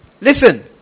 Listen